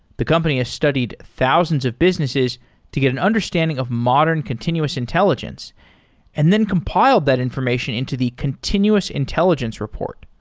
the company has studied thousands of businesses to get an understanding of modern continuous intelligence and then compiled that information into the continuous intelligence report,